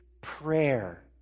prayer